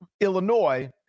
Illinois